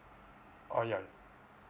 oh yeah